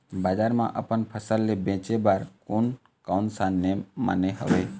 बजार मा अपन फसल ले बेचे बार कोन कौन सा नेम माने हवे?